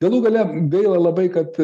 galų gale gaila labai kad